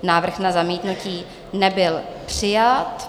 Návrh na zamítnutí nebyl přijat.